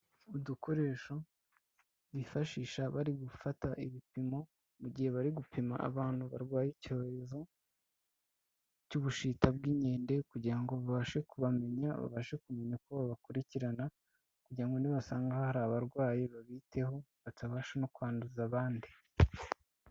Udukoresho bifashisha bari gufata ibipimo, mu gihe bari gupima abantu barwaye icyorezo, cy'ubushita bw'inkende, kugira ngo babashe kubamenya, babashe kumenya uko babakurikirana, kugirango ngo nibasanga hari abarwayi babiteho batabasha no kwanduza abandi.